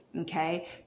Okay